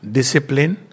Discipline